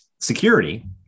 Security